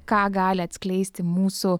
ką gali atskleisti mūsų